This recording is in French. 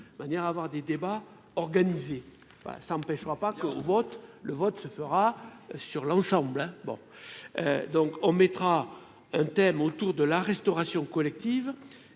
de manière à avoir des débats organisés ben ça empêchera pas qu'on vote le vote se fera sur l'ensemble, hein, bon, donc on mettra un thème autour de la restauration collective